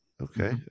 Okay